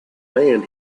then